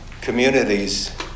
communities